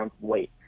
weight